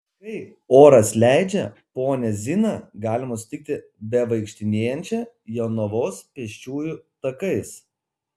kai oras leidžia ponią ziną galima sutikti bevaikštinėjančią jonavos pėsčiųjų takais